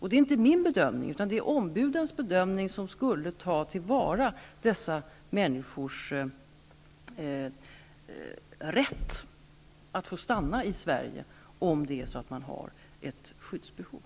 Detta är inte min bedöming, utan det är ombudens bedömning, de ombud som skulle ta till vara dessa människors rätt att få stanna i Sverige om de har ett skyddsbehov.